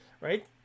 right